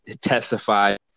testified